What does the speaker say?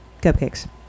cupcakes